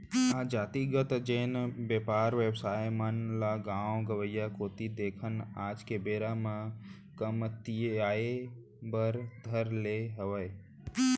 आज जातिगत जेन बेपार बेवसाय मन ल गाँव गंवाई कोती देखन आज के बेरा म कमतियाये बर धर ले हावय